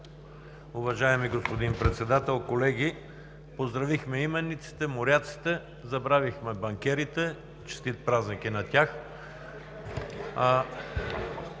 Уважаеми господин Председател, колеги! Поздравихме именниците, моряците, забравихме банкерите. Честит празник и на тях!